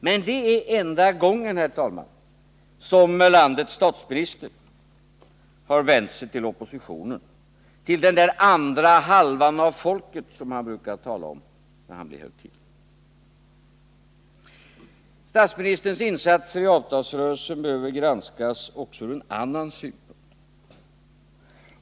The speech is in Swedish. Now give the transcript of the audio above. Men det är enda gången, herr talman, som landets statsminister har vänt sig till oppositionen — till den där andra halvan av folket, som han brukar tala om när han blir högtidlig. Statsministerns insatser i avtalsrörelsen behöver granskas också ur en annan synpunkt.